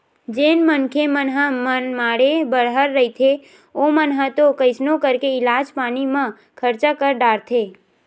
जेन मनखे मन ह मनमाड़े बड़हर रहिथे ओमन ह तो कइसनो करके इलाज पानी म खरचा कर डारथे